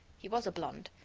he was a blonde.